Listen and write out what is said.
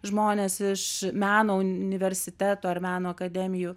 žmonės iš meno universiteto ar meno akademijų